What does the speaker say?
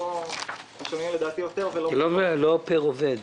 זה לא פר עובד.